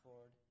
Lord